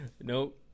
Nope